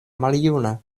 maljuna